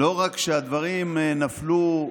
לא רק שהדברים נפלו,